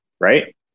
Right